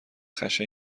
خشن